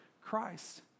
Christ